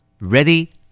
Ready